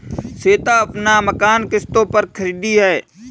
श्वेता अपना मकान किश्तों पर खरीदी है